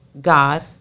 God